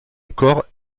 corps